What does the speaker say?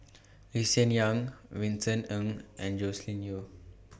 Lee Hsien Yang Vincent Ng and Joscelin Yeo